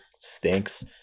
stinks